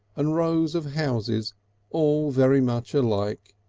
and rows of houses all very much alike,